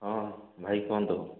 ହଁ ଭାଇ କୁହନ୍ତୁ